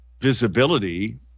visibility